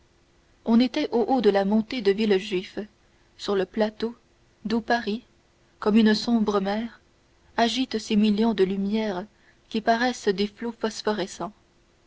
on était au haut de la montée de villejuif sur le plateau d'où paris comme une sombre mer agite ses millions de lumières qui paraissent des flots phosphorescents